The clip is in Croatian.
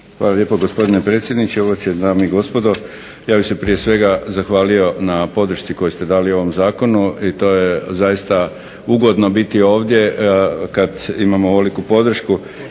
Hvala lijepo gospodine predsjedniče. Uvažene dame i gospodo. Ja bih se prije svega zahvalio na podršci koju ste dali ovom zakonu i zaista je ugodno biti ovdje kada imamo ovoliku podršku.